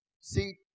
See